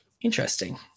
Interesting